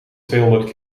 tweehonderd